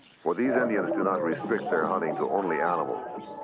for these indians do not restrict their hunting to only animals.